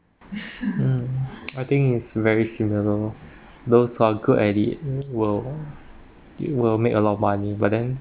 mm I think it's very similar lor those who are good at it will will make a lot of money but then